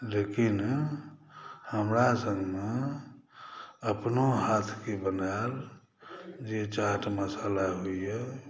लेकिन हमरा संगमे अपनो हाथके बनायल जे चाट मशाल होइया